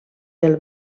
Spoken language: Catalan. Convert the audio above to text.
del